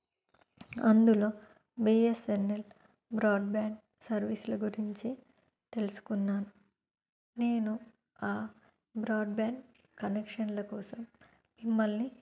అందులో BSNL broadband సర్వీస్ల గురించి తెలుసుకున్నాను నేను బ్రాడ్బ్యాండ్ కనెక్షన్ల కోసం మిమ్మల్ని